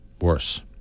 worse